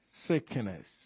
sickness